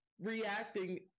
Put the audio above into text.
reacting